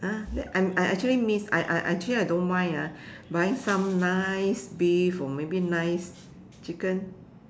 !huh! that I'm I actually miss I I I actually I don't mind ah buying some nice beef or maybe nice chicken